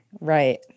Right